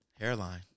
Hairline